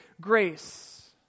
grace